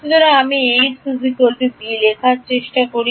সুতরাং আমি Ax b লিখার চেষ্টা করছি